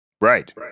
Right